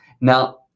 Now